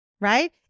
right